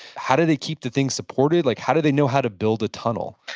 how did they keep the thing supported? like how did they know how to build a tunnel?